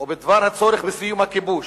ובדבר הצורך בסיום הכיבוש,